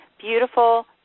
beautiful